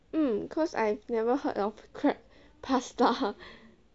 mm cause I've never heard of crab pasta